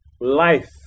life